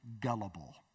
gullible